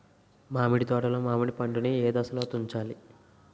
మామిడి తోటలో మామిడి పండు నీ ఏదశలో తుంచాలి?